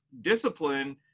discipline